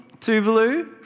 Tuvalu